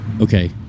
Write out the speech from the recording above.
okay